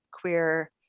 Queer